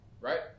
right